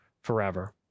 forever